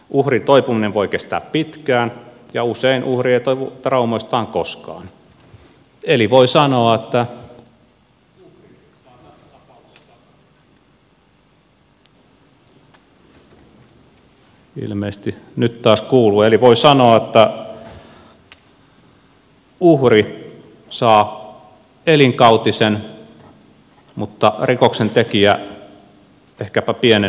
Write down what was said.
uhrin toipuminen voi kestää pitkään ja usein uhri ei toivu traumoistaan koskaan eli voi sanoa että uhri saa elinkautisen mutta rikoksentekijä ehkäpä pienen ehdollisen vankeusrangaistuksen